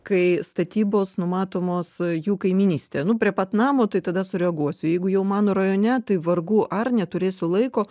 kai statybos numatomos jų kaimynystėje nu prie pat namo tai tada sureaguosiu jeigu jau mano rajone tai vargu ar neturėsiu laiko